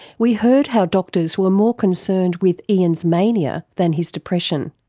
we heard how doctors were more concerned with ian's mania than his depression,